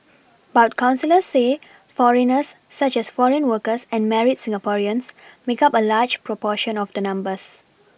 but counsellors say foreigners such as foreign workers and married Singaporeans make up a large proportion of the numbers